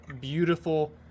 beautiful